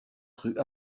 rue